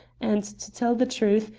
and, to tell the truth,